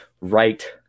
right